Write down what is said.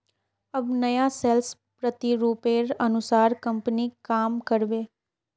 अब नया सेल्स प्रतिरूपेर अनुसार कंपनी काम कर बे